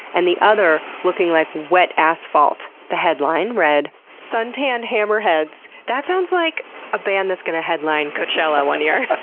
and the other looking like wet asphalt. the headline read suntanned hammerheads. that sounds like a band that's going to headline coachella one year.